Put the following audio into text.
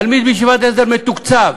תלמיד בישיבת הסדר, מתוקצב